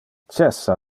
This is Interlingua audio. cessa